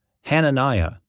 Hananiah